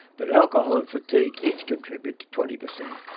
but alcohol and fatigue each contribute to twenty per cent,